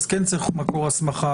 כן צריך מקור הכנסה,